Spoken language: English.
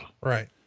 Right